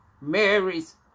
Mary's